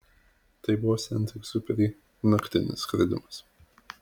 tai buvo sent egziuperi naktinis skridimas